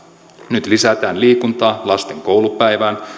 nyt lisätään liikuntaa lasten koulupäivään